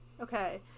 okay